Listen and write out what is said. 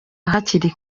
hakiri